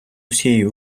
усієї